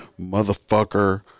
motherfucker